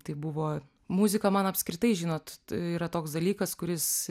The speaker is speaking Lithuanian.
tai buvo muzika man apskritai žinot yra toks dalykas kuris